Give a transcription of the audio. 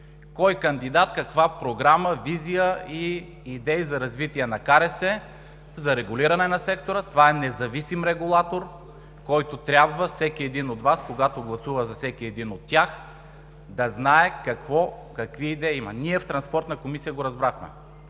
кой кандидат каква програма, визия и идеи има за развитие на КРС, за регулиране на сектора. Това е независим регулатор, който трябва всеки един от Вас, когато гласува за всеки един от тях, да знае какви идеи има. Ние в Комисията